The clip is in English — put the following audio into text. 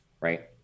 Right